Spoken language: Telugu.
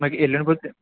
మాకు ఎల్లుండి పొద్దున